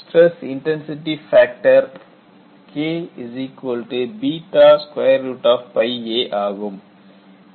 stress intensity factor K K a ஆகும்